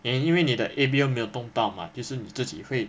then 因为你的 A_B_O 没有动到嘛就是自己会